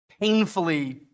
painfully